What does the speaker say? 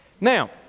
Now